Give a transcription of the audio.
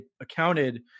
accounted